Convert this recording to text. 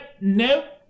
no